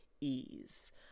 ease